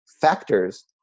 factors